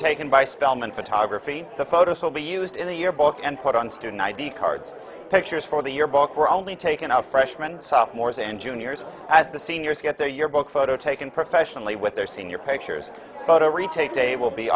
taken by spelman photography the photos will be used in the yearbook and put on student id cards pictures for the year both were only taken our freshman sophomores and juniors as the seniors get their yearbook photo taken professionally with their senior pictures to go to retake day will be